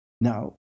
Now